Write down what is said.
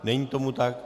Není tomu tak.